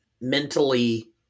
mentally